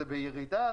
זה בירידה,